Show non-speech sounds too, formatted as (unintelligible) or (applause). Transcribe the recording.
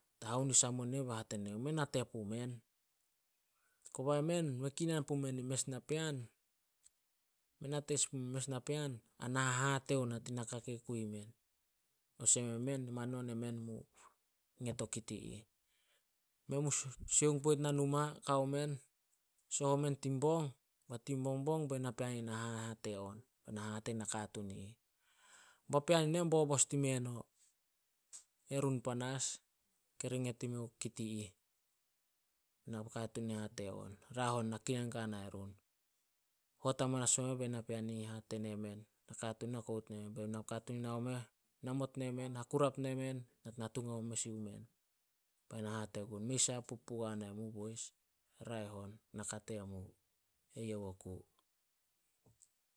Haonis hamuo ne youh, be hate ne youh, "Mei nate pumen." Kobai men, mei kinan pumen in mes napean, mei nate pumen. Kobai men, mei kinan pumen in mes napean, mei nate sin pumen mes napean ana hahate ona tin naka kei kui men. Olsem, (unintelligible) manon emen mu nget o kit i ih. Men mu (unintelligible) sioung poit nah numa, kao men, soh omen tin bong. Ba tin bongbong bai napean i ih na hahate on, ba na hate nin nakatuun i ih. "Ba pean i nen, bobos dime no. Erun panas kiri nget i meo kit ih." Nakatuun hate on, "Raeh on, na kinan gua nai run. Hot amanas omu meh, bei napean i ih hate nemen, "Nakatuun." (unintelligible) Bei nakatuun i ih nao meh, namot nemen, hakurap nemen, nat-natung haome mes yuh men. Bai na hate gun, "Mei sai pup pugua nai mu, boys. Raeh on, naka temu." Eyouh oku.